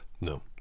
No